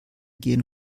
gehen